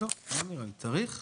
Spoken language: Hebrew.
לא, לא נראה לי, צריך?